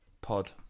Pod